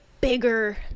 bigger